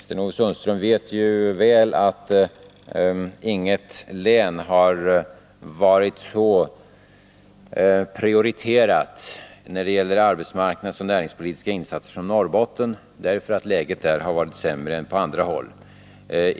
Sten Ove Sundström vet väl att inget län har varit så prioriterat när det gäller arbetsmarknadsoch näringspolitiska insatser som Norrbotten, därför att läget där har varit sämre än på andra håll.